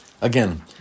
Again